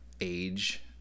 age